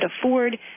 afford